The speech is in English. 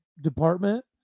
department